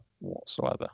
whatsoever